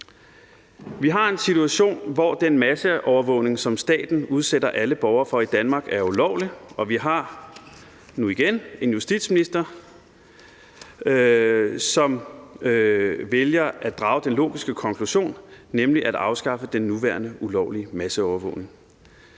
Vi har en situation, hvor den masseovervågning, som staten udsætter alle borgere for i Danmark, er ulovlig, og vi har nu igen en justitsminister, som ikke vælger at drage den logiske konklusion, nemlig at afskaffe den nuværende ulovlige masseovervågning.